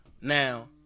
Now